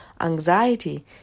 anxiety